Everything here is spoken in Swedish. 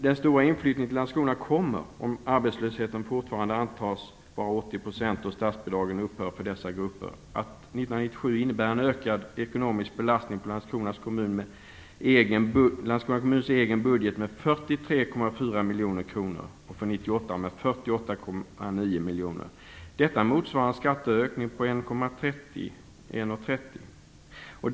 Den stora inflyttningen till Landskrona kommer, om arbetslösheten fortfarande antas vara 80 % då statsbidragen upphör för dessa grupper, att innebära en ökad ekonomisk belastning på Landskrona kommuns egen budget med 43,4 miljoner kronor år 1997 och med 48,9 miljoner kronor år 1998. Detta motsvarar en skatteökning på 1:30 kr.